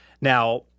Now